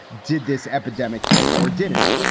did this epidemic hit or didn't it?